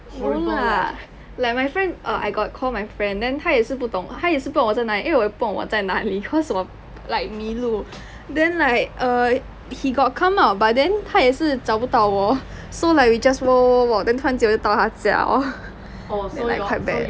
no lah like my friend err I got call my friend then 他也是不懂他也是不懂我在哪里因为我也不懂我在哪里 cause 我 like 迷路 then like err he got come out but then 他也是找不到我 so like we just walk walk walk then 突然间我就到他家 lor then like quite bad